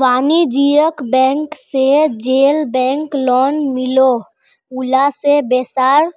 वानिज्ज्यिक बैंक से जेल बैंक लोन मिलोह उला से पैसार